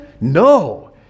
no